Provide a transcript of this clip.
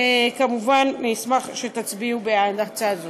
וכמובן, נשמח שתצביעו בעד הצעה זו.